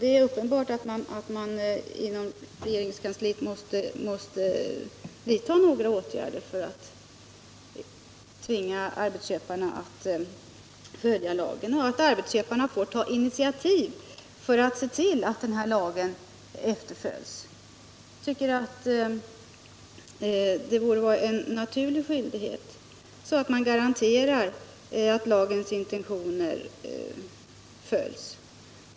Det är uppenbart att man inom regeringskansliet måste vidta några åtgärder för att tvinga arbetsköparna att följa lagen, så att arbetsköparna får ta initiativ för att se till att lagen efterföljs. Jag tycker att det borde vara en naturlig skyldighet, så att man garanterar att lagens intentioner följs.